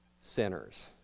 sinners